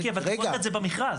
מיקי אבל לגבות את זה במכרז.